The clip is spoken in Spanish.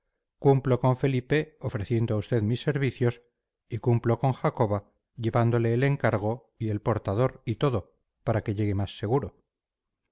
cumplo con felipe ofreciendo a usted mis servicios y cumplo con jacoba llevándole el encargo y el portador y todo para que llegue más seguro